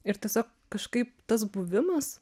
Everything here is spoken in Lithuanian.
ir tiesiog kažkaip tas buvimas